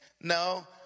No